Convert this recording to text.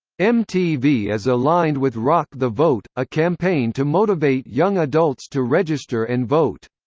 mtv is aligned with rock the vote, a campaign to motivate young adults to register and vote.